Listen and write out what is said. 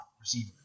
receiver